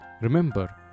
Remember